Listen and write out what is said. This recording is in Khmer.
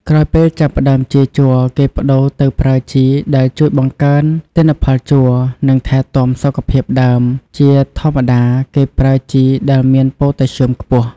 ក្រោយពេលចាប់ផ្តើមចៀរជ័រ គេប្តូរទៅប្រើជីដែលជួយបង្កើនទិន្នផលជ័រ និងថែរក្សាសុខភាពដើម ជាធម្មតាគេប្រើជីដែលមានប៉ូតាស្យូមខ្ពស់។